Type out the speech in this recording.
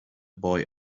boy